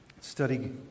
study